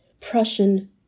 Prussian